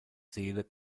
seele